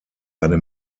eine